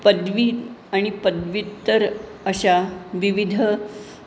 पदवी आणि पदव्युत्तर अशा विविध